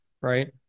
right